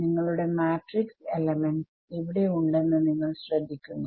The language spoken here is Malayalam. നിങ്ങളുടെ മാട്രിക്സ് എലമെന്റ്സ് ഇവിടെ ഉണ്ടെന്ന് നിങ്ങൾ ശ്രദ്ധിക്കുന്നു